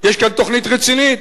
יש כאן תוכנית רצינית,